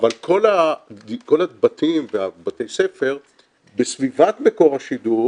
אבל כל הבתים ובתי הספר בסביבת מקור השידור